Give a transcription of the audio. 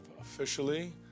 officially